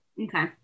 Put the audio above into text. Okay